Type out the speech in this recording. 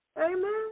Amen